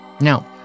Now